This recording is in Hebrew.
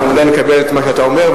אנחנו ודאי נקבל את מה שאתה אומר,